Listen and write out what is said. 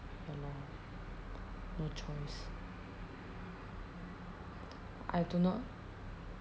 ya lor no choice I do not